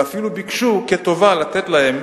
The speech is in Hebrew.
ואפילו ביקשו כטובה לתת להם